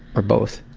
or both.